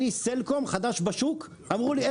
אני סלקום חדש בשוק ואמרו לי,